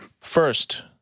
First